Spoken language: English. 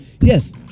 Yes